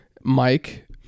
Mike